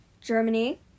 Germany